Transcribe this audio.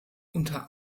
unter